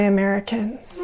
Americans